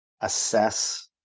assess